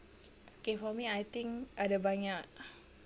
okay for me I think ada banyak